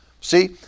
see